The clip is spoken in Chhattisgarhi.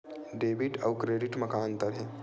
डेबिट अउ क्रेडिट म का अंतर हे?